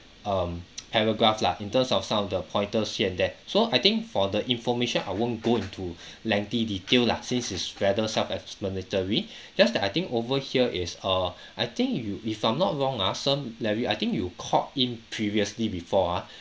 um paragraph lah in terms of some of the pointers here and there so I think for the information I won't go into lengthy detail lah since it's rather self explanatory just that I think over here is err I think you if I'm not wrong ah some larry I think you called in previously before ah